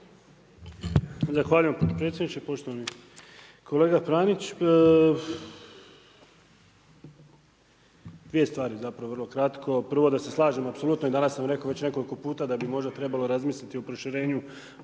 Zahvaljujem potpredsjedniče. Poštovani kolega Pranić, dvije stvari zapravo vrlo kratko, prvo da se slažem apsolutno i danas sam rekao već nekoliko puta da bi možda trebalo razmisliti o proširenju